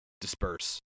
disperse